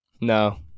No